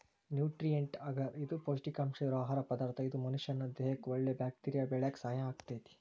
nutrient ಅಗರ್ ಇದು ಪೌಷ್ಟಿಕಾಂಶ ಇರೋ ಆಹಾರ ಪದಾರ್ಥ ಇದು ಮನಷ್ಯಾನ ದೇಹಕ್ಕಒಳ್ಳೆ ಬ್ಯಾಕ್ಟೇರಿಯಾ ಬೆಳ್ಯಾಕ ಸಹಾಯ ಆಗ್ತೇತಿ